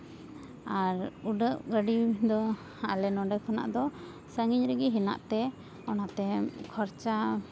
ᱟᱨ ᱩᱰᱟᱹᱜ ᱜᱟᱹᱰᱤ ᱫᱚ ᱟᱞᱮ ᱱᱚᱰᱮ ᱠᱷᱚᱱᱟᱜ ᱫᱚ ᱥᱟᱺᱜᱤᱧ ᱨᱮᱜᱮ ᱦᱮᱱᱟᱜ ᱛᱮ ᱚᱱᱟᱛᱮ ᱠᱷᱚᱨᱪᱟ